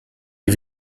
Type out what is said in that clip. die